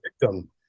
victim